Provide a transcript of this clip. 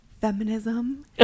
feminism